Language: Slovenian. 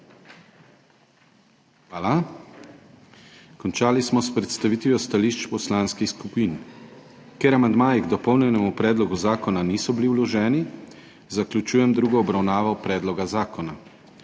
Hvala. Končali smo s predstavitvijo stališč poslanskih skupin. Ker amandmaji k dopolnjenemu predlogu zakona niso bili vloženi, zaključujem drugo obravnavo predloga zakona.